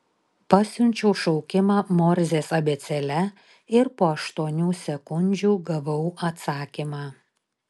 pasiunčiau šaukimą morzės abėcėle ir po aštuonių sekundžių gavau atsakymą